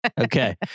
Okay